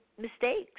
mistakes